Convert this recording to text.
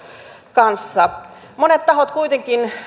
kanssa monet tahot kuitenkin